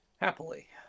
happily